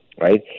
right